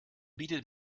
bietet